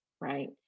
right